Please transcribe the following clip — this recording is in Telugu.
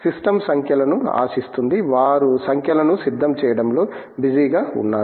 సిస్టమ్ సంఖ్యలను ఆశిస్తుంది వారు సంఖ్యలను సిద్ధం చేయడంలో బిజీగా ఉన్నారు